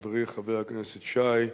חברי חבר הכנסת שי,